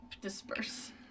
disperse